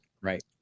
right